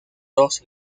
dos